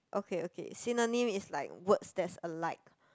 okay okay synonym is like words that's alike